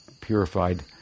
purified